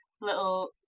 little